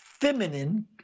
feminine